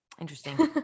Interesting